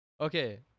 Okay